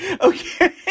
Okay